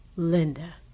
Linda